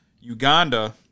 Uganda